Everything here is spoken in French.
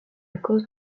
cause